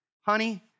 Honey